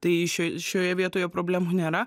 tai ši šioje vietoje problemų nėra